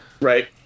Right